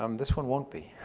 um this one won't be.